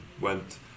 Went